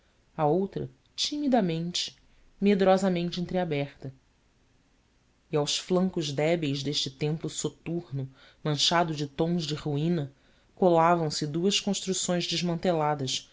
a outra timidamente medrosamente entreaberta e aos flancos débeis deste templo soturno manchado de tons de ruína colavam se duas construções desmanteladas